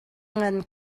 ngan